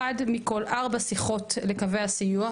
אחת מכל ארבע שיחות לקווי הסיוע,